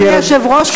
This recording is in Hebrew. אדוני היושב-ראש,